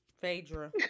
Phaedra